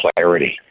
clarity